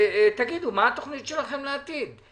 תגידו מה התוכנית שלכם לעתיד.